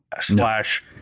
slash